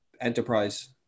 enterprise